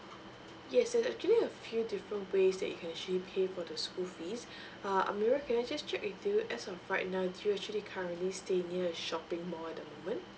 yes there's actually a few different ways that you can actually pay for the school fees uh amirah can I just check with you as of right now do you actually currently stay near a shopping mall at the moment